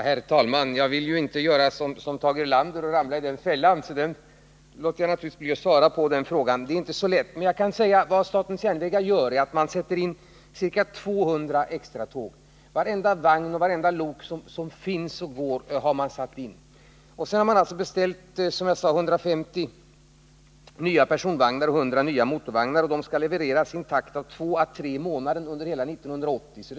Herr talman! Jag vill inte göra som Tage Erlander och ramla i den här fällan. Därför låter jag bli att svara på den sista frågan. Vad statens järnvägar gör är att sätta in ca 200 extratåg. Varenda vagn och vartenda lok som finns sätter man in. Dessutom har man som jag sade beställt 150 nya personvagnar och 100 nya motorvagnar. De kommer att levereras i en takt av två å tre i månaden under hela 1980-talet.